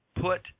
put